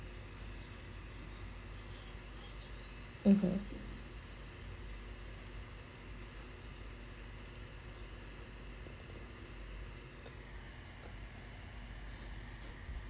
(uh huh)